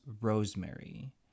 rosemary